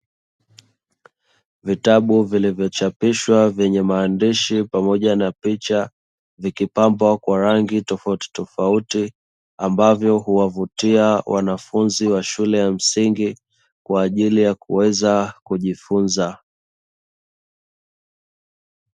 Vitabu vilivyochapishwa vyenye maandishi pamoja na picha, vikipambwa kwa rangi tofauti tofauti ambavyo huwavutia wanafunzi wa shule ya msingi kwa ajili ya kuweza kujifunza.